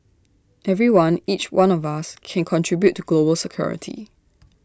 everyone each one of us can contribute to global security